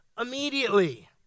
immediately